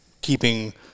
keeping